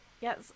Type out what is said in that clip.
yes